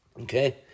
Okay